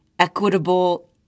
equitable